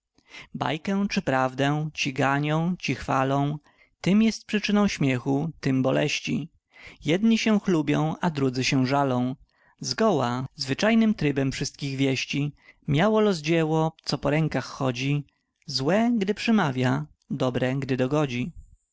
bajkę czy prawdę ci ganią ci chwalą tym jest przyczyną śmiechu tym boleści jedni się chlubią a drudzy się żalą zgoła zwyczajnym trybem wszystkich wieści miało los dzieło co po rękach chodzi złe gdy przymawia dobre gdy dogodzi